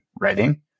writing